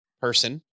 person